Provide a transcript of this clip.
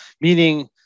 Meaning